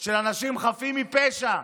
של אנשים חפים מפשע.